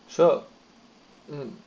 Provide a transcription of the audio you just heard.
sure mm